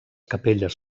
capelles